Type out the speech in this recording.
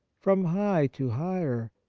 from high to higher,